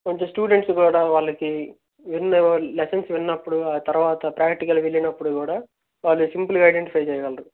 కొంచెం స్టూడెంట్స్ కూడా వాళ్ళకి విన్న లెసన్స్ విన్నపుడు ఆ తర్వాత ప్రాక్టికల్ వెళ్ళినప్పుడు కూడా వాళ్ళు సింపుల్గా ఐడెంటిఫై చేయగలరు